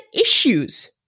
issues